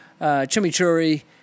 chimichurri